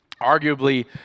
Arguably